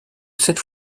cette